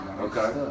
Okay